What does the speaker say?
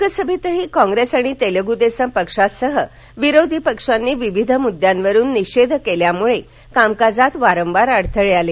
लोकसभेतही कॉप्रेस आणि तेलगु देसम पक्षासह विरोधी पक्षांनी विविध मुद्यांवरून निषेध केल्यामुळे कामकाजात वारंवार अडथळे आले